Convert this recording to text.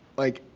like,